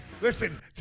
Listen